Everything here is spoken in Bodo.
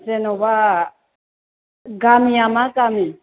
जेन'बा गामिआ मा गामि